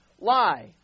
lie